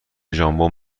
ژامبون